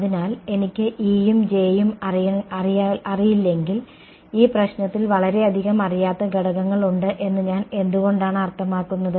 അതിനാൽ എനിക്ക് E യും J യും അറിയില്ലെങ്കിൽ ഈ പ്രശ്നത്തിൽ വളരെയധികം അറിയാത്ത ഘടകങ്ങൾ ഉണ്ട് എന്ന് ഞാൻ എന്തുകൊണ്ടാണ് അർത്ഥമാക്കുന്നത്